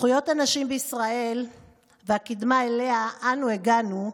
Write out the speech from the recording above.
זכויות הנשים בישראל והקדמה שאליה אנו הגענו הן,